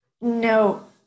No